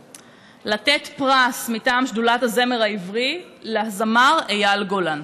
לתת פרס מטעם שדולת הזמר העברי לזמר אייל גולן.